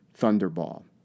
Thunderball